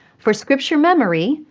for scripture memory,